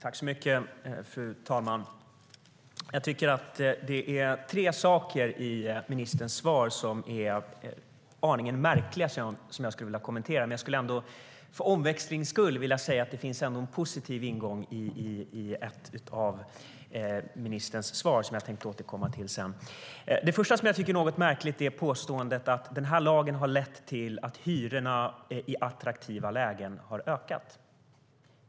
Fru talman! Det är tre saker i ministerns svar som är aningen märkliga och som jag skulle vilja kommentera. Men jag skulle för omväxlings skull vilja säga att det ändå finns en positiv ingång i ett av ministerns svar som jag tänkte återkomma till sedan. Det första som jag tycker är något märkligt är påståendet att denna lag har lett till att hyrorna i attraktiva lägen har ökat.